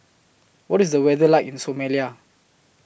What IS The weather like in Somalia